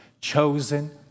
chosen